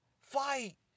Fight